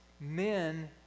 Men